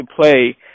play